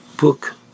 book